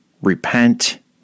Repent